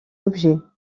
objets